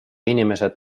inimesed